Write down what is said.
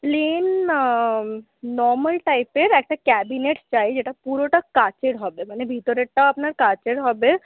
plane normal টাইপের একটা cabinet চাই যেটা পুরোটা কাঁচের হবে মানে ভিতরেরটা আপনার কাঁচের হবে